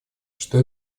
что